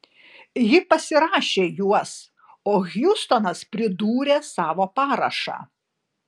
ji pasirašė juos o hjustonas pridūrė savo parašą